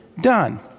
done